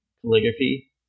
calligraphy